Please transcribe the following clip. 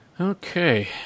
Okay